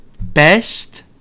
Best